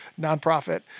nonprofit